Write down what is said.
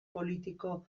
politiko